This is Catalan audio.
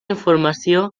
informació